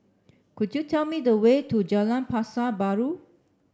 could you tell me the way to Jalan Pasar Baru